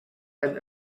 ein